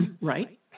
right